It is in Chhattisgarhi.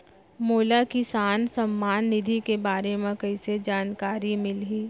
मोला किसान सम्मान निधि के बारे म कइसे जानकारी मिलही?